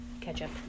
Ketchup